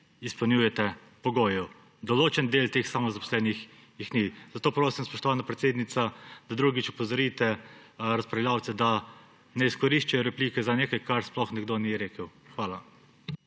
izpolnjujete pogoje. Določen del teh samozaposlenih jih ni. Zato prosim, spoštovana predsednica, da drugič opozorite razpravljavce, da ne izkoriščajo replike za nekaj, česar sploh nekdo ni rekel. Hvala.